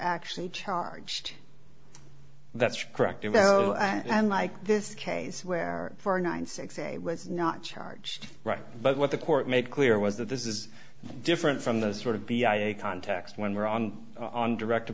actually charged that's correct you know and like this case where for nine six a was not charged right but what the court made clear was that this is different from the sort of b i a context when we're on on direct a